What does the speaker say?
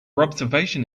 observation